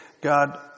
God